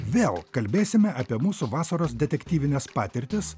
vėl kalbėsime apie mūsų vasaros detektyvines patirtis